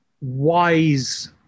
wise